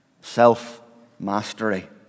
Self-mastery